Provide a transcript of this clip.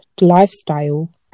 lifestyle